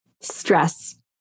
stress